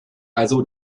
also